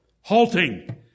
halting